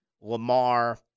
Lamar